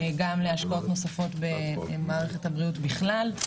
גם להשפעות נוספות במערכת הבריאות בכלל,